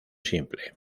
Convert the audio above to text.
simple